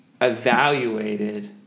evaluated